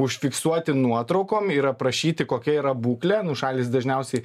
užfiksuoti nuotraukom ir aprašyti kokia yra būklė nu šalys dažniausiai